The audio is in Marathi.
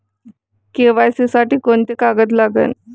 के.वाय.सी साठी कोंते कागद लागन?